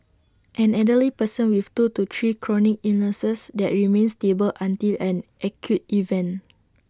an elderly person with two to three chronic illnesses that remain stable until an acute event